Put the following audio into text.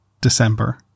December